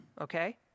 okay